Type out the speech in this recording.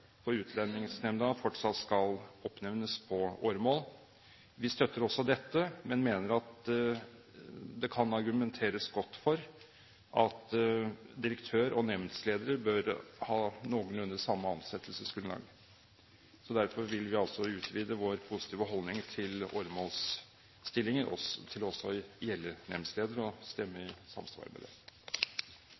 Utlendingsnemnda fortsatt skal oppnevnes på åremål. Vi støtter også dette, men mener at det kan argumenteres godt for at direktør og nemndledere bør ha noenlunde samme ansettelsesgrunnlag. Derfor vil vi altså utvide vår positive holdning til åremålsstillinger til også å gjelde nemndledere, og vi vil stemme i samsvar med det.